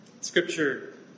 Scripture